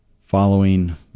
following